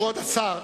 כבוד השר,